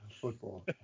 football